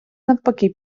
навпаки